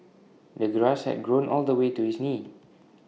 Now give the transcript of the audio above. the grass had grown all the way to his knees